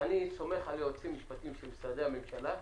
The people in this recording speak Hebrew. אני סומך על יועצים משפטיים של משרדי ממשלה,